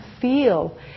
feel